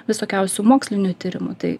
visokiausių mokslinių tyrimų tai